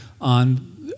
on